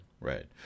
right